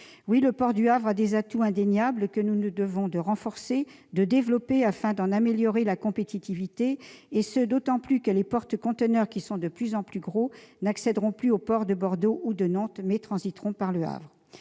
Oui, le port du Havre a des atouts indéniables, que nous nous devons de renforcer et de développer, afin d'en améliorer la compétitivité, d'autant plus que les porte-conteneurs, de plus en plus gros, n'accéderont plus aux ports de Bordeaux ou de Nantes et transiteront par Le Havre.